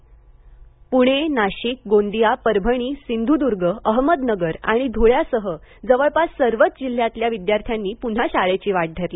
पूणे नाशिक गोंदिया परभणी सिंधुद्ग अहमदनगर आणि धुळ्यासह जवळपास सर्वच जिल्ह्यातल्या विद्यार्थ्यांनी प्रन्हा शाळेची वाट धरली